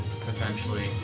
potentially